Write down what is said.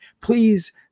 please